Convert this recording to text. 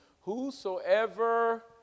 whosoever